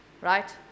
right